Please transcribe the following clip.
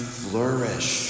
flourish